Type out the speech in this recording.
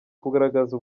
kugaragaza